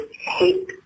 hate